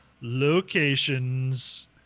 locations